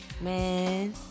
man